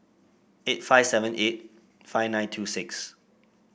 eight five seven eight five nine two six